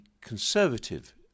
conservative